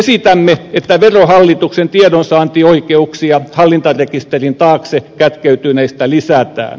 esitämme että verohallituksen tiedonsaantioikeuksia hallintarekisterin taakse kätkeytyneistä lisätään